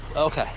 ok,